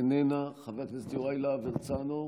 איננה, חבר הכנסת יוראי להב הרצנו,